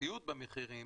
התנודתיות במחירים